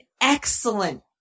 excellent